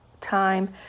time